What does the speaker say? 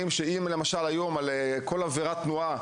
היום על כל עבירת תנועה,